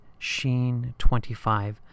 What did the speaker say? SHEEN25